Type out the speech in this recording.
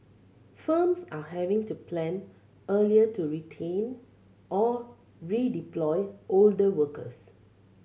firms are having to plan earlier to retrain or redeploy older workers